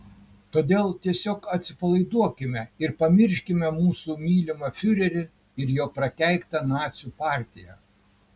todėl tiesiog atsipalaiduokime ir pamirškime mūsų mylimą fiurerį ir jo prakeiktą nacių partiją